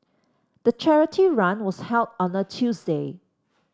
the charity run was held on a Tuesday